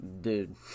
dude